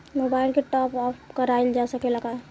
Mobile के top आप कराइल जा सकेला का?